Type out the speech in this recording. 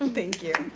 um thank you.